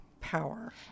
power